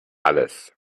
alles